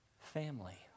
family